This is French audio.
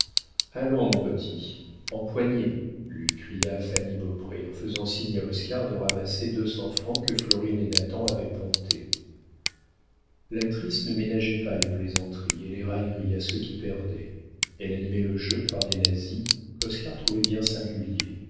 allons mon petit empoignez lui cria fanny beaupré en faisant signe à oscar de ramasser deux cents francs que florine et nathan avaient pontés l'actrice ne ménageait pas les plaisanteries et les railleries à ceux qui perdaient elle animait le jeu par des lazzis qu'oscar trouvait bien singuliers